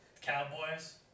Cowboys